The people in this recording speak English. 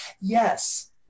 yes